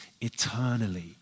eternally